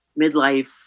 midlife